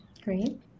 Great